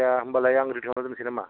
जायखिया होमबालाय आं रेदि खालामना दोनसै नामा